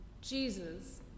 Jesus